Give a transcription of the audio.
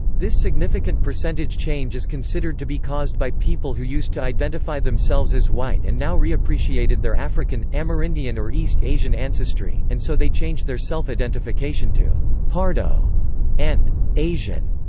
this significant percentage change is considered to be caused by people who used to identify themselves as white and now reappreciated their african, amerindian or east asian ancestry, and so they changed their self-identification to pardo and asian.